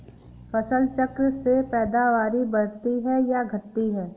फसल चक्र से पैदावारी बढ़ती है या घटती है?